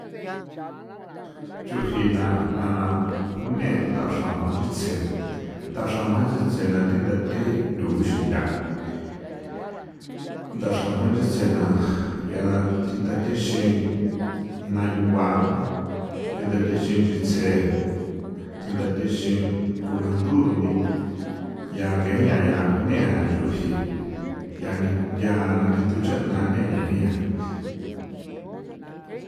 Chujina j'a juné ndhaxra manchitsje ndhaxra manchitsje natjinda the tha nduguxinda̱, ndaxra manchitse na yiana thjinda texin nayugua thindhathexin nchitsje thidhanthexin kulanthu runi ya ke jiña yia juneajan nchu ji ncha nihc ncha na ndithu chaꞌna neꞌña jiña.